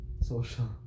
social